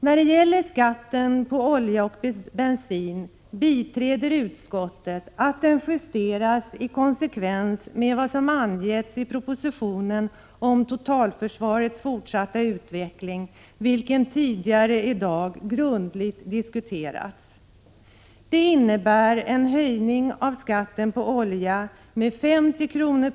När det gäller skatten på olja och bensin biträder utskottet att den justeras i konsekvens med vad som angetts i propositionen om totalförsvarets fortsatta utveckling, vilken tidigare i dag grundligt diskuterats. Det innebär när det gäller skatten på olja en höjning med 50 kr.